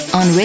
on